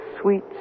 sweet